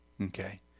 Okay